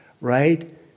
Right